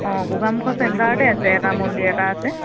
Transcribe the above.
অঁ গোগামুখৰ চেণ্টাৰতে আছে এটা মন্দিৰ এটা আছে